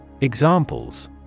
Examples